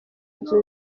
inzu